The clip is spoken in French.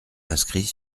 inscrit